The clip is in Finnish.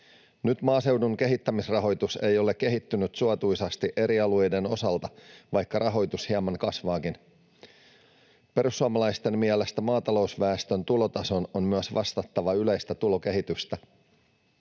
Nyt maaseudun kehittämisrahoitus ei ole kehittynyt suotuisasti eri alueiden osalta, vaikka rahoitus hieman kasvaakin. Perussuomalaisten mielestä maatalousväestön tulotason on myös vastattava yleistä tulokehitystä.